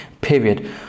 period